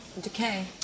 Decay